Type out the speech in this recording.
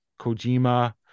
Kojima